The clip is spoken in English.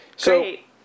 Great